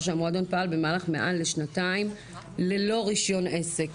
שהמועדון פעל במהלך מעל לשנתיים ללא רישיון עסק,